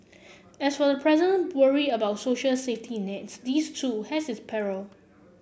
as for the present worry about social safety nets this too has its parallel